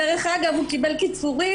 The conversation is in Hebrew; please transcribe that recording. דרך אגב, הוא קיבל קיצור.